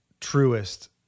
truest